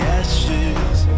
ashes